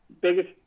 biggest –